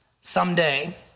someday